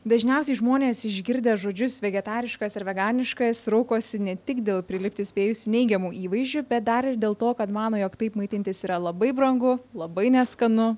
dažniausiai žmonės išgirdę žodžius vegetariškas ir veganiškas raukosi ne tik dėl prilipti spėjusių neigiamų įvaizdžių bet dar ir dėl to kad mano jog taip maitintis yra labai brangu labai neskanu